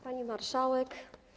Pani Marszałek!